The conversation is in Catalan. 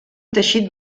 teixit